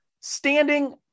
standing